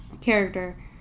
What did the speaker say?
character